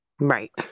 Right